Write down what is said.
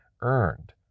earned